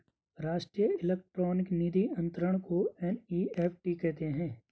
राष्ट्रीय इलेक्ट्रॉनिक निधि अनंतरण को एन.ई.एफ.टी कहते हैं